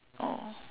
oh